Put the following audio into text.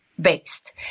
based